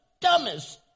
dumbest